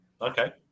okay